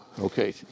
Okay